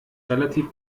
relativ